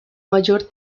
mayor